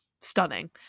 stunning